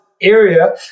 area